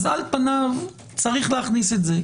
על פניו יש להכניס את זה,